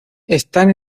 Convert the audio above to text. están